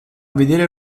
vedere